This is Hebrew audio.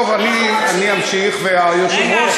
טוב, אני אמשיך, והיושב-ראש, רגע,